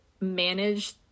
manage